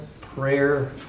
prayer